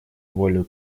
волю